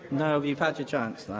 no, you've had your chance now,